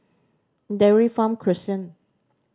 Dairy Farm Crescent